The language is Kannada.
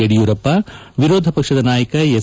ಯಡಿಯೂರಪ್ಪ ವಿರೋಧ ಪಕ್ಷದ ನಾಯಕ ಎಸ್